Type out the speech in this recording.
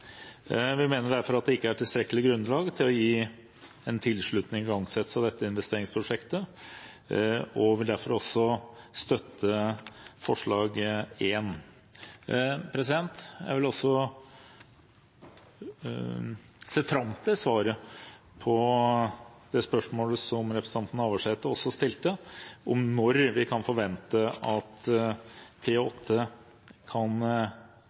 Vi mener derfor at det ikke er tilstrekkelig grunnlag for å gi en tilslutning til igangsettelse av dette investeringsprosjektet, og vi vil derfor støtte forslag nr. 1. Jeg ser fram til svaret på det spørsmålet som representanten Navarsete også stilte, om når vi kan forvente at P-8A kan